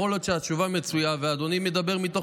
יכול להיות שהתשובה מצויה ואדוני מדבר מתוך